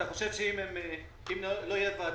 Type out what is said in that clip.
אתה חושב שאם לא תהיה ישיבה,